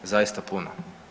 Zaista puno.